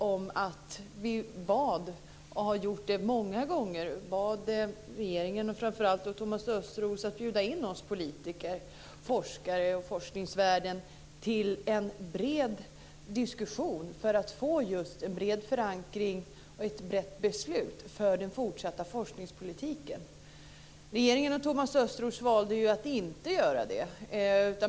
Vi bad - och har gjort det många gånger - regeringen, och framför allt Thomas Östros, att bjuda in oss politiker, forskare och forskningsvärlden till en bred diskussion för att få en bred förankring och ett brett beslut för den fortsatta forskningspolitiken. Regeringen och Thomas Östros valde att inte göra det.